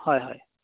হয় হয়